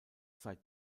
seit